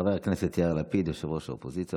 חבר הכנסת יאיר לפיד, ראש האופוזיציה,